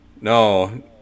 no